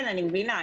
כן, אני מבינה.